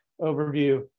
overview